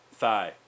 Thigh